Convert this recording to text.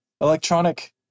Electronic